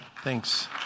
Thanks